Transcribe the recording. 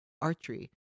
archery